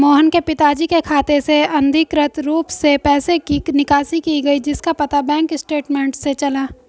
मोहन के पिताजी के खाते से अनधिकृत रूप से पैसे की निकासी की गई जिसका पता बैंक स्टेटमेंट्स से चला